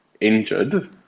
injured